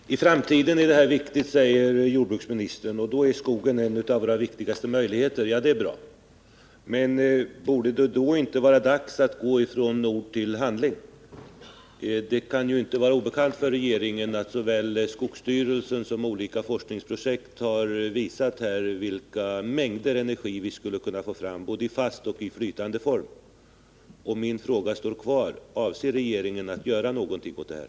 Herr talman! I framtiden är det här viktigt, säger jordbruksministern. Då är skogen en av våra viktigaste möjligheter. Det är bra. Men borde det då inte vara dags att gå från ord till handling? Det kan inte vara regeringen obekant att såväl skogsstyrelsen som olika forskningsprojekt har visat vilka mängder energi vi skulle kunna få fram både i fast och flytande form. Min fråga kvarstår: Avser regeringen att göra någonting åt det här?